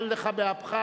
אל לך באפך,